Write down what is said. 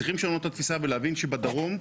צריכים לשנות את התפיסה ולהבין שבדרום,